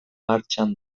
martxan